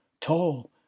tall